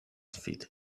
fit